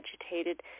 agitated